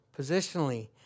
positionally